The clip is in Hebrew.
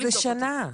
מאיזה שנה הנתונים?